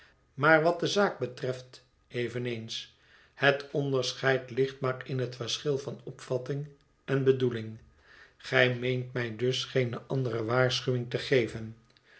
maar wat de zaak betreft eveneens het onderscheid ligt maar in het verschil van opvatting en bedoeling gij meent mij dus geene andere waarschuwing te geven